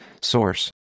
Source